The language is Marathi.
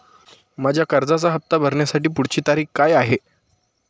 माझ्या कर्जाचा हफ्ता भरण्याची पुढची तारीख काय आहे?